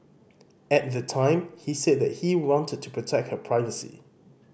at the time he said that he wanted to protect her privacy